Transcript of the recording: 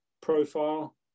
profile